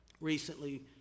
recently